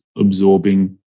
Absorbing